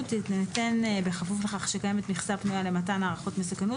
תינתן בכפוף לכך שקיימת מכסה פנויה למתן הערכת מסוכנות,